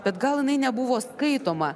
bet gal jinai nebuvo skaitoma